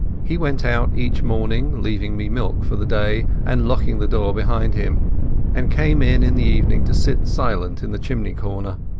he went out each morning, leaving me milk for the day, and locking the door behind him and came in in the evening to sit silent in the chimney corner.